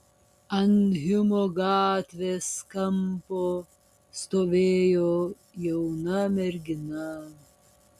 ant hjumo gatvės kampo stovėjo jauna mergina